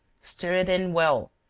stir it in well,